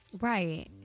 Right